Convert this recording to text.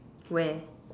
where